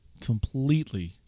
Completely